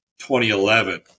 2011